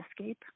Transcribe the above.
escape